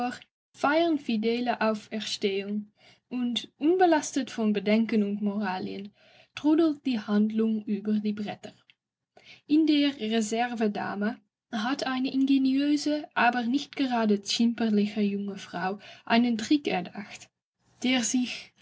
fidele auferstehung und unbelastet von bedenken und moralien trudelt die handlung über die bretter in der reservedame hat eine ingeniöse aber nicht gerade zimperliche junge frau einen trick erdacht der sich